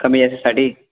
कमी जास्तसाठी